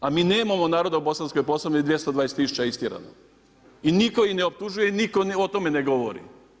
A mi nemamo naroda u Bosanskoj Posavini 220 tisuća istjerano i nitko ih ne optužuje i nitko o tome ne govori.